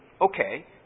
Okay